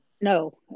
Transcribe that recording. No